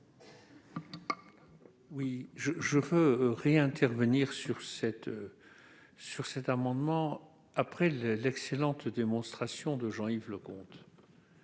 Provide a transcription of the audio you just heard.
souhaite intervenir sur cet amendement après l'excellente démonstration de Jean-Yves Leconte.